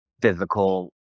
physical